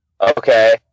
Okay